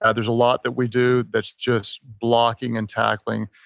and there's a lot that we do that's just blocking and tackling.